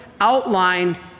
outlined